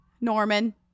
Norman